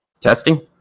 Testing